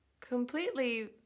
completely